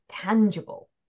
tangible